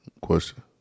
Question